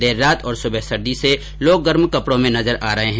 देर रात और सुबह सर्दी रहने से लोग गर्म कपड़ों में नजर आ रहे हैं